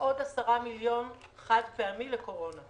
ועוד 10 מיליון חד פעמי לקורונה.